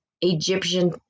egyptian